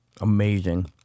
amazing